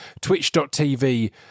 twitch.tv